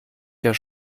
der